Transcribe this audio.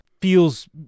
feels